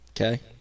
Okay